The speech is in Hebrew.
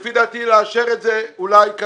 לפי דעתי לאשר את זה כרגע.